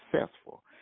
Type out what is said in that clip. successful